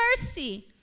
mercy